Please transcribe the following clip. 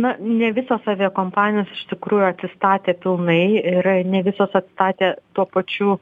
na ne visos aviakompanijos iš tikrųjų atsistatė pilnai ir ne visos atstatė tuo pačiu